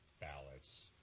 ballots